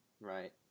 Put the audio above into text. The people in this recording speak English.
Right